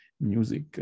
music